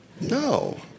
No